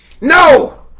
No